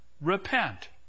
Repent